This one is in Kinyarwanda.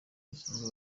basanzwe